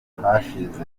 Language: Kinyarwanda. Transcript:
hashize